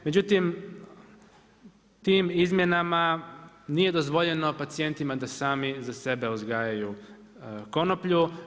Međutim, tim izmjenama nije dozvoljeno pacijentima da sami za sebe uzgajaju konoplju.